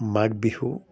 Magh Bihu